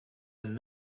and